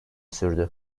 sürdü